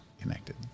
connected